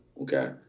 okay